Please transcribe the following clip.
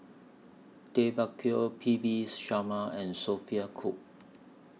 Tay Bak Koi P V Sharma and Sophia Cooke